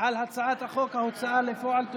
על הצעת חוק ההוצאה לפועל (תיקון,